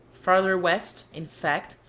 farther west, in fact,